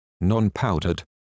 non-powdered